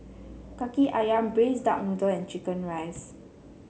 Kaki ayam Braised Duck Noodle and chicken rice